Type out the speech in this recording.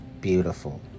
beautiful